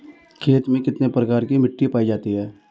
खेतों में कितने प्रकार की मिटी पायी जाती हैं?